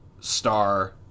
Star